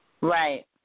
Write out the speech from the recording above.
Right